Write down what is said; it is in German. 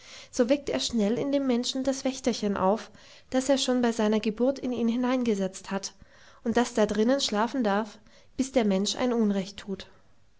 so weckt er schnell in dem menschen das wächterchen auf das er schon bei seiner geburt in ihn hineingesetzt hat und das da drinnen schlafen darf bis der mensch ein unrecht tut